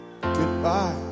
Goodbye